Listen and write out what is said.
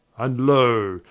and loe,